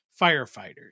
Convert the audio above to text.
firefighters